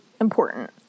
important